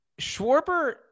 Schwarber